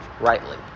rightly